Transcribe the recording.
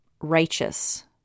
righteous